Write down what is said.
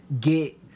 get